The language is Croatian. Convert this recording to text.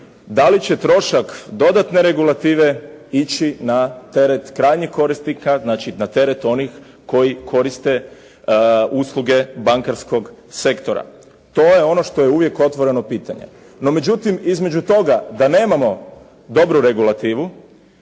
da li će trošak dodatne regulative ići na teret krajnjeg korisnika, znači na teret onih koji koriste usluge bankarskog sektora. To je ono što je uvijek otvoreno pitanje. No, međutim, između toga da nemamo dobru regulativu